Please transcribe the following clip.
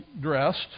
dressed